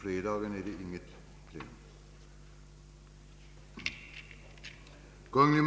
På fredagen är det inget plenum.